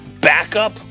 backup